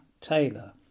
Taylor